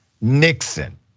Nixon